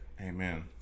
Amen